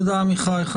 עמיחי.